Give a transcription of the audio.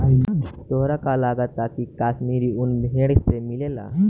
तोहरा का लागऽता की काश्मीरी उन भेड़ से मिलेला